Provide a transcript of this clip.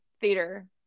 theater